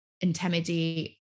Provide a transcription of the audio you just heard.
intimidate